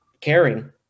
caring